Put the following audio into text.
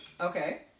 Okay